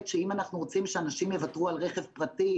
שאם אנחנו רוצים שאנשים יוותרו על רכב פרטי,